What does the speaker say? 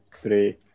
three